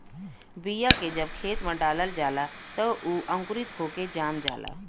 बीया के जब खेत में डालल जाला त उ अंकुरित होके जाम जाला